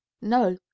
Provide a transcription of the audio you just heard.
no